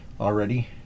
already